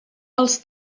els